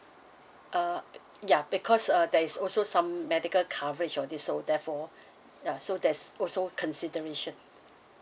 err ya because uh there is also some medical coverage on this so therefore uh so there's also consideration